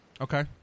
Okay